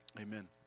Amen